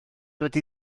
wedi